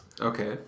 Okay